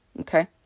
Okay